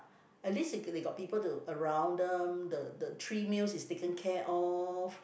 at least th~ they got people to around them the the three meals is taken care of